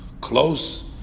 close